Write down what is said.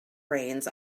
reins